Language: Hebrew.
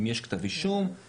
אם יש כתב אישום,